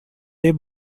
ray